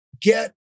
get